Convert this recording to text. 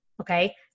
Okay